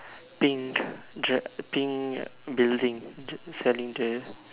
pink dre~ pink building selling the